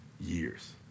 years